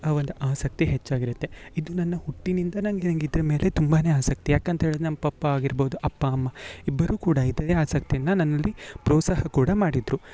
ಆ ಒಂದು ಆಸ್ತಕಿ ಹೆಚ್ಚಾಗಿ ಇರುತ್ತೆ ಇದು ನನ್ನ ಹುಟ್ಟಿನಿಂದ ನನಗೆ ನಂಗೆ ಇದ್ರ ಮೇಲೆ ತುಂಬಾ ಆಸಕ್ತಿ ಯಾಕೆ ಅಂತ ಹೇಳಿದ ನಮ್ಮ ಪಪ್ಪ ಆಗಿರ್ಬೋದು ಅಪ್ಪ ಅಮ್ಮ ಇಬ್ಬರು ಕೂಡ ಇದೇ ಆಸಕ್ತಿಯನ್ನು ನನ್ನಲ್ಲಿ ಪ್ರೋತ್ಸಾಹ ಕೂಡ ಮಾಡಿದರು